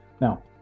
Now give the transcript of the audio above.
Now